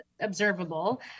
observable